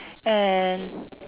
and